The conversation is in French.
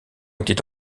était